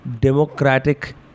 democratic